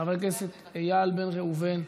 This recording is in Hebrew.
חבר הכנסת איל בן ראובן,